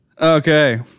Okay